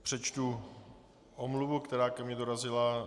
Přečtu omluvu, která ke mně dorazila.